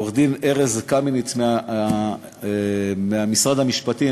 עורך-הדין ארז קמיניץ מהמשרד המשפטי,